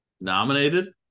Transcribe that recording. Nominated